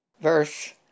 verse